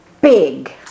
big